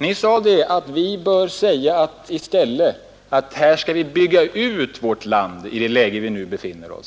Ni sade att vi i det läge där vi nu befinner oss i stället för att beklaga läget skall diskutera hur vi bör bygga ut vårt land.